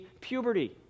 puberty